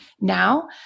now